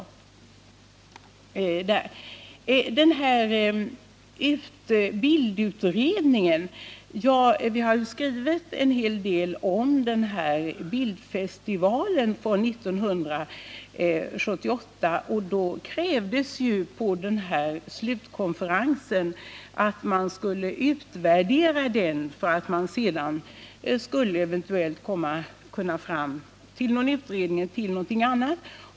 Vad sedan gäller bildutredningen har utskottet skrivit en hel del om bildfestivalen 1978. På slutkonferensen krävdes att man skuile utvärdera den för att sedan eventuellt göra en utredning eller liknande.